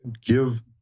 give